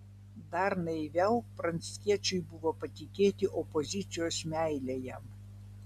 dar naiviau pranckiečiui buvo patikėti opozicijos meile jam